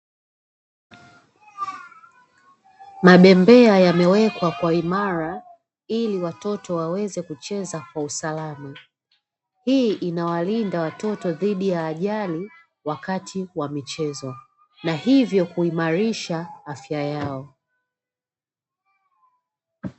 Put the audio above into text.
Mabembea yamewekwa kwa imara ili watoto waweze kucheza kwa usalama. Hii inawalinda watoto dhidi ya ajali wakati wa michezo na hivyo kuimarisha afya yao.